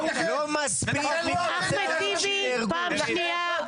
אחמד טיבי פעם שנייה,